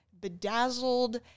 bedazzled